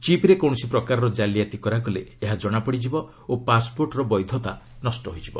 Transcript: ଚିପ୍ରେ କୌଣସି ପକାର ଜାଲିଆତି କରାଗଲେ ଏହା ଜଣାପଡ଼ିଯିବ ଓ ପାସ୍ପୋର୍ଟ୍ର ବୈଧତା ନଷ୍ଟ ହୋଇଯିବ